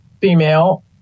female